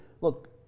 look